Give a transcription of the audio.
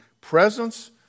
presence